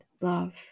love